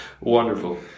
Wonderful